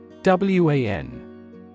W-A-N